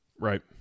right